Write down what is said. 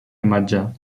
imatge